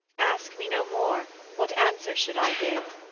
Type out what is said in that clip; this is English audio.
ask me no more what answer should i give?